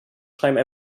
time